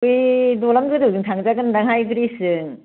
बे दलां गोजौजों थांजागोनदांहाय ब्रिद्जजों